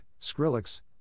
Skrillex